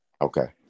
Okay